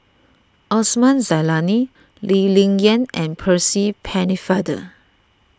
Osman Zailani Lee Ling Yen and Percy Pennefather